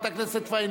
התש"ע 2010,